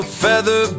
feather